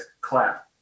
clap